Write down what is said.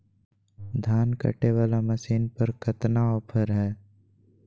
धान कटे बाला मसीन पर कतना ऑफर हाय?